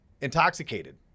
Intoxicated